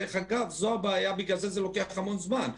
זו הבעיה, בגלל זה לוקח המון זמן.